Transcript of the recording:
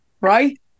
right